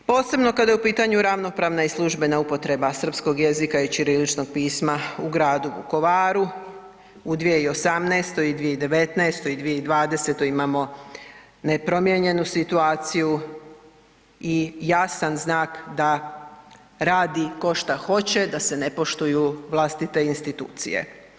Posebno kada je u pitanju ravnopravna i službena upotreba srpskog jezika i ćiriličnog pisma u gradu Vukovaru, u 2018., u 2019. i 2020. imamo nepromijenjenu situaciju i jasan znak da radi ko šta hoće, da se ne poštuju vlastite institucije.